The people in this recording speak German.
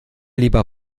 lieber